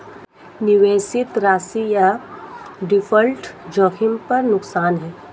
निवेशित राशि या डिफ़ॉल्ट जोखिम पर नुकसान है